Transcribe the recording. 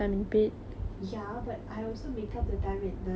ya but I also make up the time at night and study